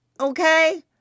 Okay